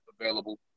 available